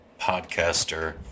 podcaster